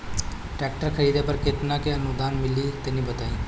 Tractor खरीदे पर कितना के अनुदान मिली तनि बताई?